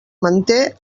manté